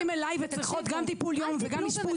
את יודעת כמה מתקשרים אליי ביום בשביל גם טיפול יום וגם אשפוז?